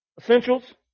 essentials